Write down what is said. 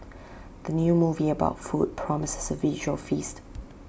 the new movie about food promises A visual feast